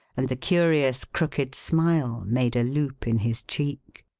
and the curious crooked smile made a loop in his cheek.